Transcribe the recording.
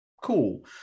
cool